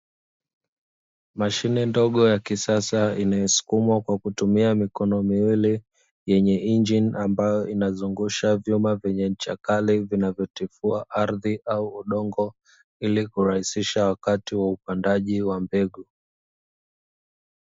Mashine ndogo ya kisasa, inayosukumwa kwa kutumia mikono miwili, yenye injini ambayo inazungusha vyuma vyenye ncha kali vinavyotifua ardhi au udongo, ili kurahisisha wakati wa upandaji wa mbegu.